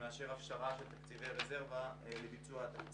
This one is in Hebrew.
והוא הגורם המאשר הפשרה של תקציבי הרזרבה לביצוע התקציב.